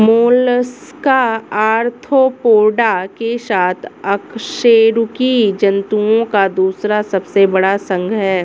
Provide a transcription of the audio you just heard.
Mollusca Arthropoda के बाद अकशेरुकी जंतुओं का दूसरा सबसे बड़ा संघ है